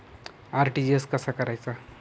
RTGS कसा करायचा?